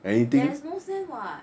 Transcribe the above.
there's no sand what